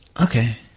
Okay